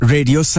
Radio